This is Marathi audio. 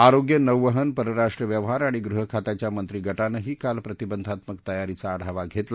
आरोग्य नौवहन परराष्ट्र व्यवहार आणि गृह खात्याच्या मंत्रिगटानंही काल प्रतिबंधात्मक तयारीचा आढावा घेतला